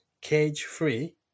Cage-free